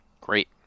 Great